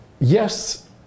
Yes